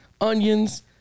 onions